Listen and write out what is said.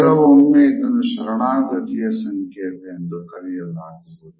ಕೆಲವೊಮ್ಮೆ ಇದನ್ನು ಶರಣಾಗತಿಯ ಸಂಕೇತ ಎಂದು ಕರೆಯಲಾಗುವುದು